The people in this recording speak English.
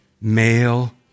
Male